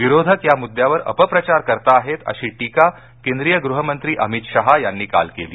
विरोधक या मुद्द्यावर अपप्रचार करताहेत अशी टीका केंद्रीय गृहमंत्री अमित शहा यांनी काल केली